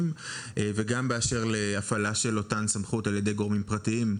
וגם באשר להפעלת של אותן סמכויות על ידי גורמים פרטיים.